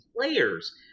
players